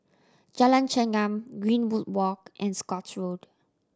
Jalan Chengam Greenwood Walk and Scotts Road